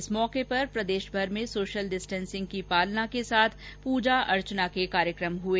इस मौके पर प्रदेशभर में सोशल डिस्टेंसिंग की पालना के साथ पूजा अर्चना के कार्यक्रम हुए